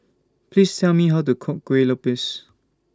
Please Tell Me How to Cook Kueh Lopes